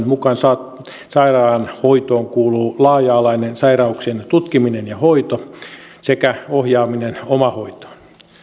mukaan sairaanhoitoon kuuluu laaja alainen sairauksien tutkiminen ja hoito sekä ohjaaminen omahoitoon